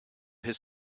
his